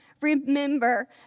remember